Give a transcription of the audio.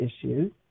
issues